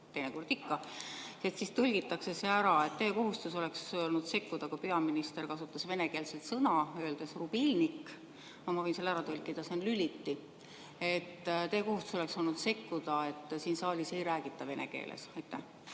võõrkeeles,] siis tõlgitakse see ära. Teie kohustus oleks olnud sekkuda, kui peaminister kasutas venekeelset sõna, öeldes "rubilnik". Ma võin selle ära tõlkida, see on "lüliti". Teie kohustus oleks olnud sekkuda ja öelda, et siin saalis ei räägita vene keeles. Aitäh!